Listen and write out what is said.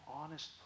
honest